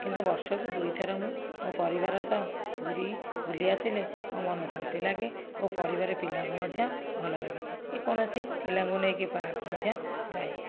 କିନ୍ତୁ ବର୍ଷକୁ ଦୁଇଥର ମୁଁ ମୋ ପରିବାର ସହ ପୁରୀ ବୁଲିଆସିଲେ ମୋ ମନ ଶାନ୍ତି ଲାଗେ ଓ ପରିବାରରେ ପିଲାଙ୍କୁ ମଧ୍ୟ ଭଲ ଲାଗେ କି କୌଣସି ପିଲାଙ୍କୁ ନେଇକି ପାର୍କ ମଧ୍ୟ ଯାଏ